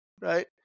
Right